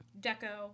Deco